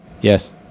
Yes